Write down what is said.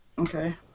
Okay